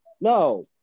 no